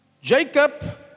Jacob